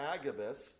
Agabus